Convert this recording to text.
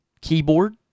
keyboard